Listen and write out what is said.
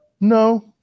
No